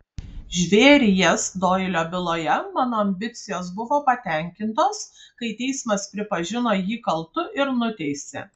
žvėries doilio byloje mano ambicijos buvo patenkintos kai teismas pripažino jį kaltu ir nuteisė